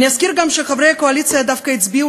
אני אזכיר גם שחברי הקואליציה דווקא הצביעו